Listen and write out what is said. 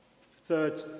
Third